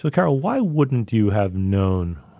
but carol, why wouldn't you have known?